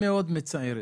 מאוד מצערת,